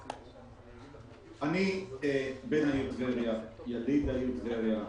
אני בן העיר טבריה, יליד העיר טבריה,